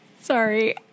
Sorry